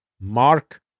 Mark